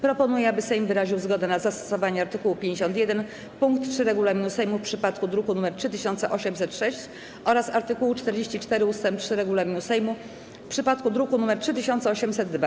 Proponuję, aby Sejm wyraził zgodę na zastosowanie art. 51 pkt 3 regulaminu Sejmu w przypadku druku nr 3806 oraz art. 44 ust. 3 regulaminu Sejmu w przypadku druku nr 3802.